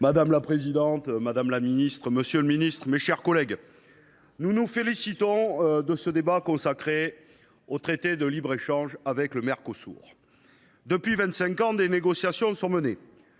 Madame la présidente, madame la ministre, monsieur le ministre, mes chers collègues, nous nous félicitons de la tenue de ce débat consacré au traité de libre échange avec le Mercosur. Depuis vingt cinq ans, des négociations sont menées,